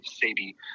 Sadie